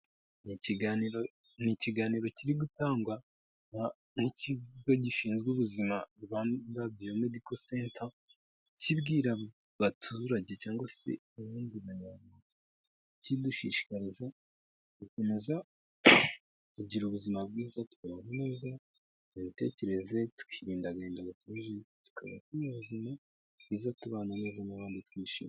Ni ikiganiro kiri gutangwa n'ikigo gishinzwe ubuzima Rwanda Biomedical Center, kibwira baturage cyangwa abundi bantu. Kidushishikariza gukomeza kugira ubuzima bwiza, tukabana neza mu imitekerereze, tukirinda agadahinda gakabije, tukaba tunezerewe, ndetse tukabana nabandi tunezerewe.